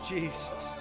Jesus